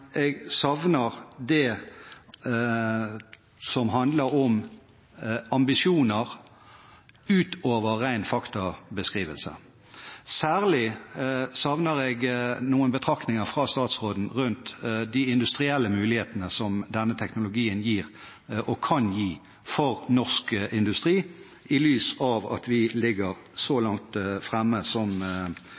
jeg savner det som handler om ambisjoner, utover en ren faktabeskrivelse. Særlig savner jeg noen betraktninger fra statsråden rundt de industrielle mulighetene som denne teknologien gir, og kan gi, for norsk industri, i lys av at vi ligger så langt framme som